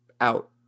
out